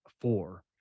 four